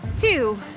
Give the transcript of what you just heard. two